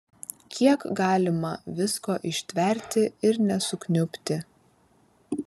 kiek galima visko ištverti ir nesukniubti